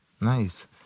nice